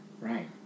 Right